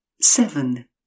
seven